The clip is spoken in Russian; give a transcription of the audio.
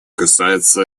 касается